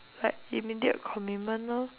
like it mandate a commitment lor